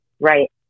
right